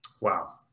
Wow